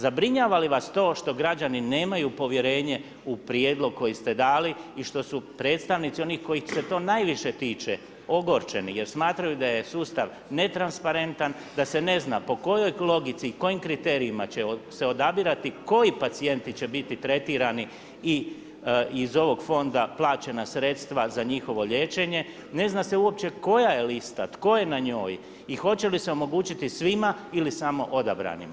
Zabrinjava li vas to što građani nemaju povjerenju u prijedlog koji ste dali i što predstavnici onih kojih se to najviše tiče ogorčeni jer smatraju da je sustav netransparentan, da se ne zna po kojoj logici i po kojim kriterijima će se odabirati koji pacijenti će biti tretirani iz ovog fonda plaćena sredstva za njihovo liječenje, ne zna se uopće koja je lista, tko je na njoj i hoće li se omogućiti svima ili samo odabranima.